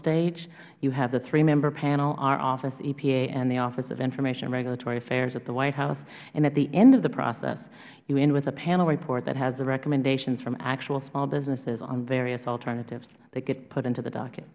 stage you have the three member panel our office epa and the office of information and regulatory affairs at the white house and at the end of the process you end with a panel report that has the recommendations from actual small businesses on various alternatives that get put into the doc